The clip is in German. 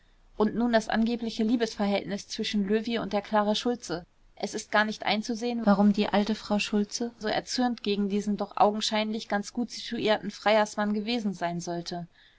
und nun das angebliche liebesverhältnis zwischen löwy und der klara schultze es ist gar nicht einzusehen warum die alte frau schultze so erzürnt gegen diesen doch augenscheinlich ganz gut situierten freiersmann gewesen sein sollte